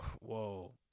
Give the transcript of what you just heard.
Whoa